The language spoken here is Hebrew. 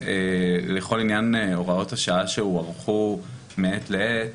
לכל עניין הוראות השעה שהוארכו מעת לעת,